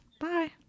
Bye